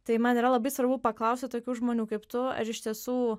tai man yra labai svarbu paklausti tokių žmonių kaip tu ar iš tiesų